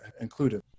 included